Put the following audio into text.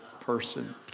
person